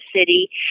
city